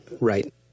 right